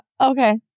okay